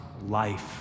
life